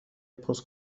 پست